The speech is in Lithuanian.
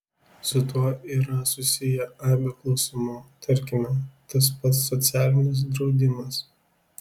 su tuo yra susiję aibė klausimų tarkime tas pats socialinis draudimas